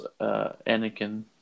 Anakin